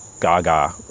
gaga